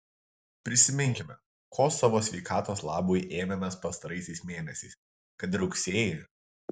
prisiminkime ko savo sveikatos labui ėmėmės pastaraisiais mėnesiais kad ir rugsėjį